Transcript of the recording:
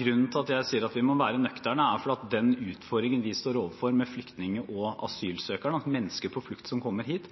Grunnen til at jeg sier at vi må være nøkterne, er at den utfordringen vi står overfor med flyktningene og asylsøkerne – altså menneskene på flukt som kommer hit